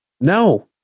No